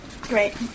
Great